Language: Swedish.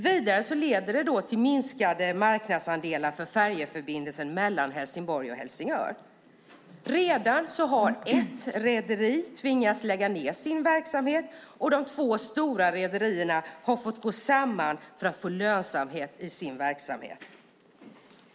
Vidare leder det till minskade marknadsandelar för färjeförbindelsen mellan Helsingborg och Helsingör. Redan har ett rederi tvingats lägga ned sin verksamhet, och de två stora rederierna har fått gå samman för att få lönsamhet i sin verksamhet.